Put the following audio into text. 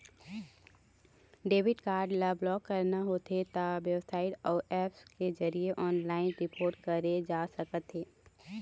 debit card ल block कराना होथे त बेबसाइट अउ ऐप्स के जरिए ऑनलाइन रिपोर्ट करे जा सकथे